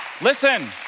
listen